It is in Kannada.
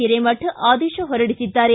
ಹಿರೇಮಠ್ ಆದೇಶ ಹೊರಡಿಸಿದ್ದಾರೆ